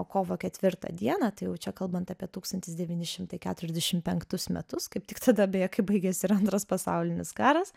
kovo ketvirtą dieną tai jau čia kalbant apie tūkstantis devyni šimtai keturiasdešim penktus metus kaip tik tada beje kai baigės ir antras pasaulinis karas